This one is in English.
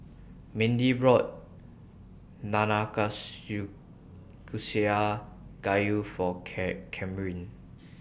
Mindy bought Nanakusa Gayu For Camryn